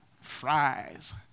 fries